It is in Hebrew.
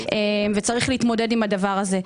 וצריך להתמודד עם הדבר הזה.